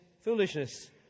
foolishness